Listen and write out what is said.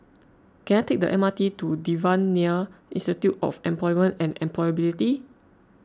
can I take the M R T to Devan Nair Institute of Employment and Employability